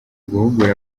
guhugura